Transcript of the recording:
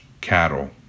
cattle